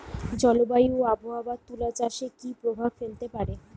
জলবায়ু ও আবহাওয়া তুলা চাষে কি প্রভাব ফেলতে পারে?